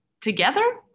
together